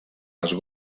les